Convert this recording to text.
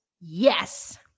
Yes